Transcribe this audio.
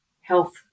Health